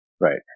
Right